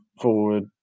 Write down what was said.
forward